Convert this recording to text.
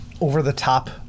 over-the-top